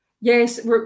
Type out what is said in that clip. yes